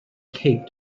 cape